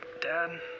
Dad